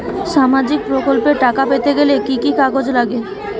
সামাজিক প্রকল্পর টাকা পেতে গেলে কি কি কাগজ লাগবে?